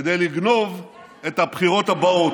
כדי לגנוב את הבחירות הבאות.